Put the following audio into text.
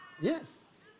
Yes